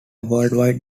worldwide